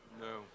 No